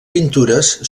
pintures